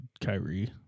Kyrie